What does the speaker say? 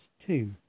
two